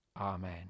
Amen